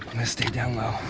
stay down low.